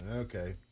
Okay